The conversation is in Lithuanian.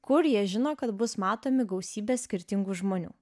kur jie žino kad bus matomi gausybės skirtingų žmonių